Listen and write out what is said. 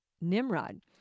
Nimrod